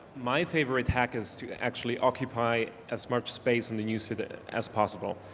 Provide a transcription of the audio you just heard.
my favorite hack is to actually occupy as much space in the news for that as possible,